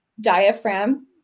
diaphragm